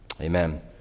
Amen